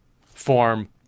form